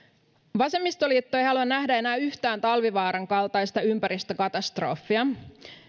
vasemmistoliitto ei halua nähdä enää yhtään talvivaaran kaltaista ympäristökatastrofia